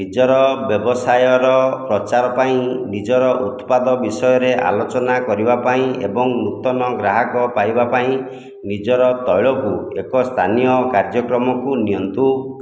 ନିଜର ବ୍ୟବସାୟର ପ୍ରଚାର ପାଇଁ ନିଜର ଉତ୍ପାଦ ବିଷୟରେ ଆଲୋଚନା କରିବା ପାଇଁ ଏବଂ ନୂତନ ଗ୍ରାହକ ପାଇବା ପାଇଁ ନିଜର ତୈଳକୁ ଏକ ସ୍ଥାନୀୟ କାର୍ଯ୍ୟକ୍ରମକୁ ନିଅନ୍ତୁ